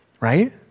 right